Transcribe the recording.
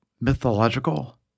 mythological